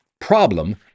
problem